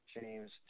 James